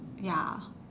ya